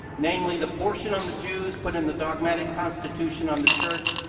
namely, the portion on the jews put in the dogmatic constitution on the church,